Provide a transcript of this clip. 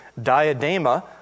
diadema